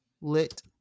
Lit